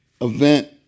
event